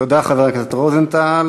תודה, חבר הכנסת רוזנטל.